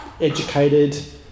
educated